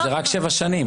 זה רק שבע שנים,